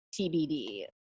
TBD